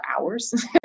hours